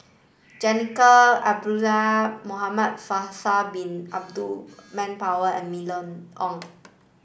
Jacintha Abisheganaden Muhamad Faisal bin Abdul Manap and Mylene Ong